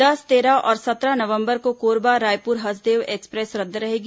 दस तेरह और सत्रह नवंबर को कोरबा रायपुर हसदेव एक्सप्रेस रद्द रहेगी